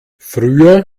früher